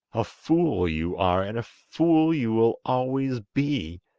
a fool you are, and a fool you will always be!